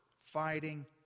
fighting